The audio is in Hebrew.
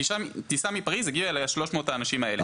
הטיסה מפריז הגיעו איתה 300 האנשים האלה.